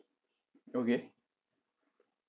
okay